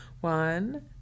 One